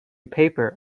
paper